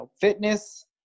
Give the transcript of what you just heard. fitness